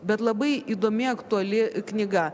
bet labai įdomi aktuali knyga